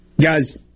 guys